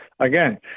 Again